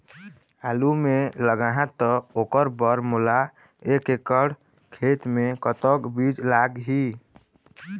आलू मे लगाहा त ओकर बर मोला एक एकड़ खेत मे कतक बीज लाग ही?